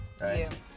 right